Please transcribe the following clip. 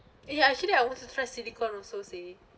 ya actually I was to try silicone also say